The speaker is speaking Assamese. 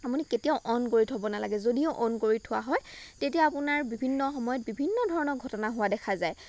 আপুনি কেতিয়াও অন কৰি থব নালাগে যদিহে অন কৰি থোৱা হয় তেতিয়া আপোনাৰ বিভিন্ন সময়ত বিভিন্ন ধৰণৰ ঘটনা হোৱা দেখা যায়